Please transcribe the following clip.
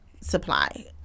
Supply